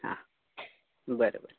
आं बरें बरें